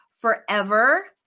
Forever